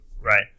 right